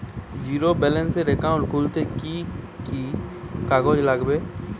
Zero ব্যালেন্সের account খুলতে কি কি কাগজ লাগবে?